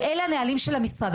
ואלה הנהלים של המשרד,